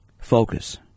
Focus